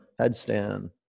headstand